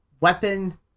weapon